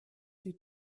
sie